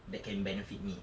that can benefit me